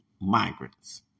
migrants